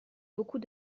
beaucoup